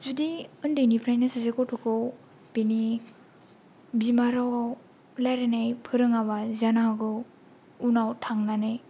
जुदि उन्दैनिफ्रायनो सासे गथ'खौ बिनि बिमा रावाव रायज्लायनाय फोरोङाब्ला जानो हागौ उनाव थांनानै